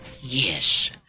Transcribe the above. Yes